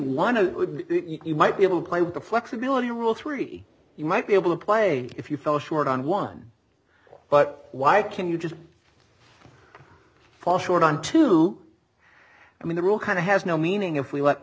of you might be able play with the flexibility rule three you might be able to play if you fell short on one but why can you just fall short on two i mean the rule kind of has no meaning if we what